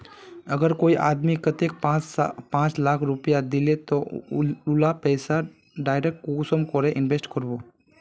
अगर कोई आदमी कतेक पाँच लाख रुपया दिले ते ती उला पैसा डायरक कुंसम करे इन्वेस्टमेंट करबो?